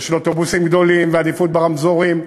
ושל אוטובוסים גדולים, ועדיפות ברמזורים,